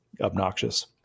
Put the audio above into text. obnoxious